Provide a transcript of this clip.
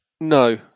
No